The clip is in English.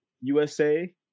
USA